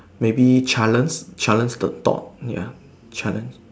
maybe challenge challenge the thought ya challenge